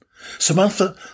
Samantha